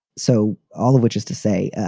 so all of which is to say,